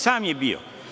Sam je bio.